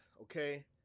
okay